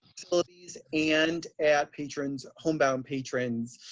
facilities and at patrons', home bound patrons.